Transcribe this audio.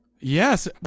yes